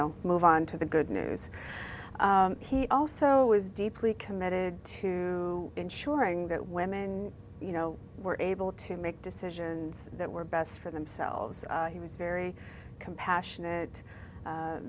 know move on to the good news he also was deeply committed to ensuring that women you know were able to make decisions that were best for themselves he was very compassionate